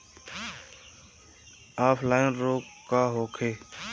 Offline रोग का होखे?